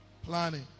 Planning